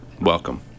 Welcome